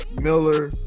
Miller